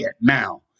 now